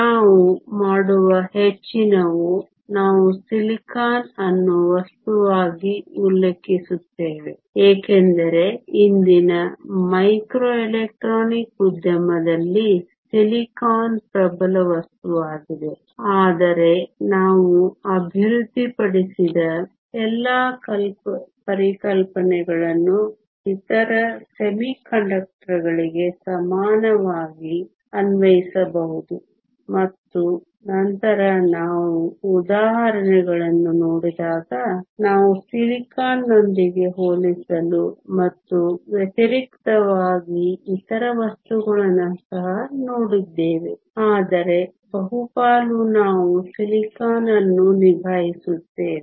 ನಾವು ಮಾಡುವ ಹೆಚ್ಚಿನವು ನಾವು ಸಿಲಿಕಾನ್ ಅನ್ನು ವಸ್ತುವಾಗಿ ಉಲ್ಲೇಖಿಸುತ್ತೇವೆ ಏಕೆಂದರೆ ಇಂದಿನ ಮೈಕ್ರೋ ಎಲೆಕ್ಟ್ರಾನಿಕ್ಸ್ ಉದ್ಯಮದಲ್ಲಿ ಸಿಲಿಕಾನ್ ಪ್ರಬಲ ವಸ್ತುವಾಗಿದೆ ಆದರೆ ನಾವು ಅಭಿವೃದ್ಧಿಪಡಿಸಿದ ಎಲ್ಲಾ ಪರಿಕಲ್ಪನೆಗಳನ್ನು ಇತರ ಅರೆವಾಹಕಗಳಿಗೆ ಸಮಾನವಾಗಿ ಅನ್ವಯಿಸಬಹುದು ಮತ್ತು ನಂತರ ನಾವು ಉದಾಹರಣೆಗಳನ್ನು ನೋಡಿದಾಗ ನಾವು ಸಿಲಿಕಾನ್ ನೊಂದಿಗೆ ಹೋಲಿಸಲು ಮತ್ತು ವ್ಯತಿರಿಕ್ತವಾಗಿ ಇತರ ವಸ್ತುಗಳನ್ನು ಸಹ ನೋಡುತ್ತೇವೆ ಆದರೆ ಬಹುಪಾಲು ನಾವು ಸಿಲಿಕಾನ್ ಅನ್ನು ನಿಭಾಯಿಸುತ್ತೇವೆ